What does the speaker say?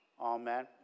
Amen